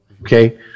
Okay